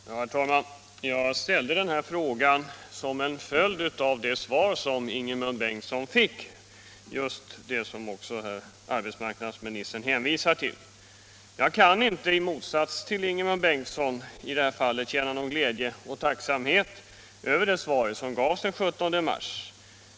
Herr talman! Jag ställde den här frågan som en följd av det svar som Ingemund Bengtsson fick — just det svar som också herr arbetsmarknadsministern hänvisar till. I motsats till Ingemund Bengtsson kan jag inte i det här fallet känna någon glädje och tacksamhet över det svar som gavs den 17 mars.